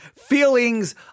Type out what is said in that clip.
feelings